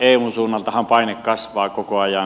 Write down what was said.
eun suunnaltahan paine kasvaa koko ajan